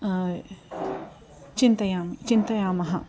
चिन्तयामि चिन्तयामः